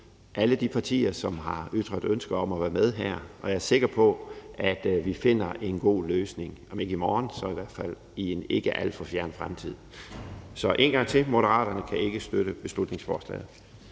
alle de partier, som har ytret et ønske om at være med. Jeg er sikker på, at vi finder en god løsning – om ikke i morgen, så i hvert fald i en ikke alt for fjern fremtid. Så en gang til vil jeg sige, at Moderaterne ikke kan støtte beslutningsforslaget.